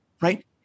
right